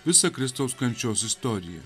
visą kristaus kančios istoriją